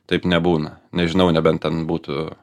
taip nebūna nežinau nebent ten būtų